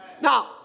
Now